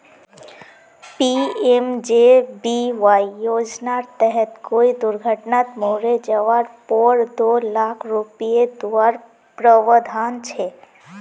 PMJBY योज्नार तहत कोए दुर्घत्नात मोरे जवार पोर दो लाख रुपये दुआर प्रावधान छे